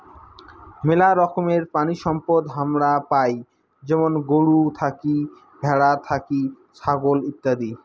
মেলা রকমের প্রাণিসম্পদ হামারা পাই যেমন গরু থাকি, ভ্যাড়া থাকি, ছাগল ইত্যাদি